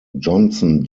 johnson